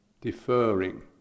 deferring